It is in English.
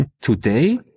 today